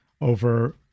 over